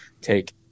take